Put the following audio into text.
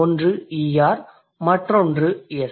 ஒன்று -er மற்றொன்று s